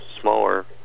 smaller